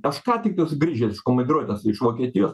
aš ką tik esu grįžęs iš komandiruotės iš vokietijos